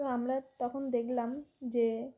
তো আমরা তখন দেখলাম যে